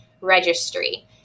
registry